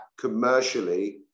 commercially